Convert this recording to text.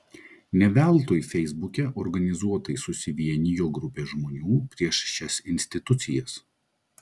ne veltui feisbuke organizuotai susivienijo grupė žmonių prieš šias institucijas